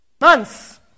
months